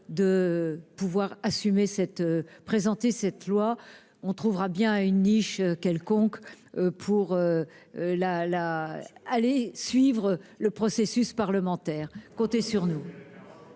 cette présenté cette loi, on trouvera bien une niche quelconque pour la la allez suivre le processus parlementaire, comptez sur nous.